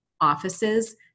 offices